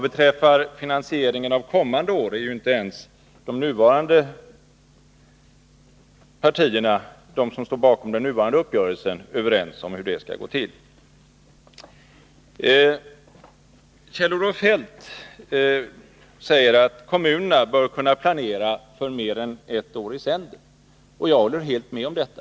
Hur finansieringen de senare åren skall gå till är inte ens de partier som står bakom den nuvarande uppgörelsen överens om. Kjell-Olof Feldt säger att kommunerna bör kunna planera för mer än ett år i sänder. Jag håller helt med om det.